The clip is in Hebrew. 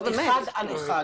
אנחנו חייבים שיחות אחד על אחד.